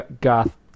goth